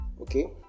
okay